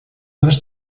braç